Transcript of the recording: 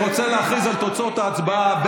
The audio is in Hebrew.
אני רוצה להכריז על תוצאות ההצבעה,